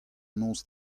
noz